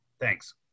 thanks